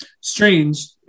strange